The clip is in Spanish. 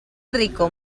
rico